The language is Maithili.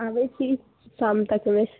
आबै छी शाम तकलय